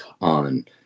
on